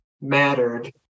mattered